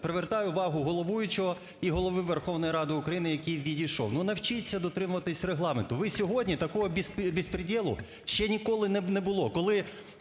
привертаю увагу головуючого і Голови Верховної Ради України, який відійшов, ну навчіться дотримуватися Регламенту. Ви сьогодні такого безпрєдєл ще ніколи не було,